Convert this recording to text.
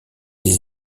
des